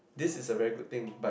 this is a very good thing but